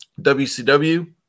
WCW